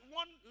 one